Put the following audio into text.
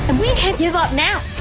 and we can't give up now.